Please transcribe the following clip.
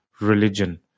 religion